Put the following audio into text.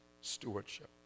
stewardship